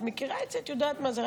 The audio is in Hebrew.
את מכירה את זה, את יודעת מה זה.